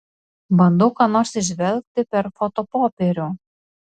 bandau ką nors įžvelgti per fotopopierių